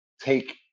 take